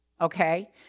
okay